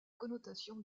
connotation